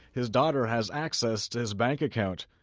his daughter has access to his bank account.